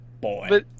boy